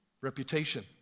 reputation